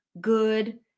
good